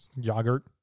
Yogurt